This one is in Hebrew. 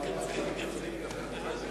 תודה רבה,